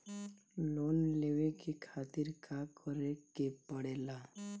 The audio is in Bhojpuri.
लोन लेवे के खातिर का करे के पड़ेला?